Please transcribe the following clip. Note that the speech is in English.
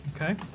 Okay